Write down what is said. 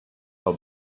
are